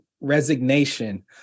resignation